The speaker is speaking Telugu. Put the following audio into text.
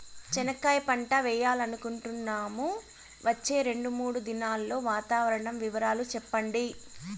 చెనక్కాయ పంట వేయాలనుకుంటున్నాము, వచ్చే రెండు, మూడు దినాల్లో వాతావరణం వివరాలు చెప్పండి?